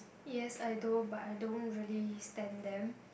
yes I know but I don't really stamp them